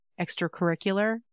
extracurricular